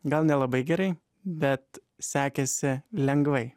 gal nelabai gerai bet sekėsi lengvai